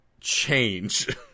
change